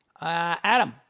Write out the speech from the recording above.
Adam